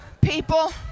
People